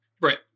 right